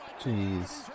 Jeez